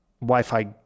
Wi-Fi